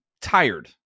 tired